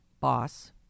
Boss